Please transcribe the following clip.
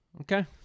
Okay